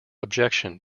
objection